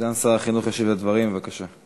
סגן שר החינוך ישיב על הדברים, בבקשה.